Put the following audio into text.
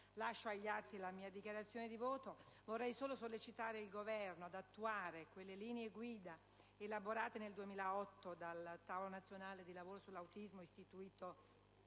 testo scritto della mia dichiarazione di voto, vorrei sollecitare il Governo ad attuare le linee guida elaborate nel 2008 dal Tavolo nazionale di lavoro sull'autismo, istituito